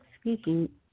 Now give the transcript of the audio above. Speaking